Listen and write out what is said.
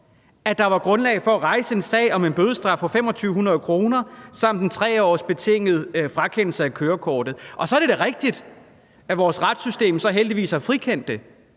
at der var grundlag for at rejse en sag om en bødestraf på 2.500 kr. samt 3 års betinget frakendelse af kørekortet. Og så er det da rigtigt, at vores retssystem så heldigvis har frikendt ham,